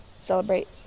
celebrate